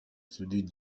осудить